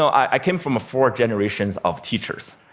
i came from four generations of teachers,